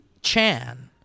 Chan